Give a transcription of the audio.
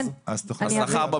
כן, אני אעביר.